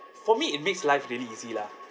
for me it makes life really easy lah